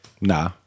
Nah